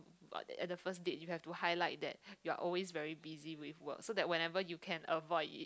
what at the first date you have to highlight that you are always very busy with work so that whenever you can avoid it